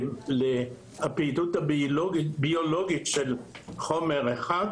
הפעילות הביולוגית של חומר אחד,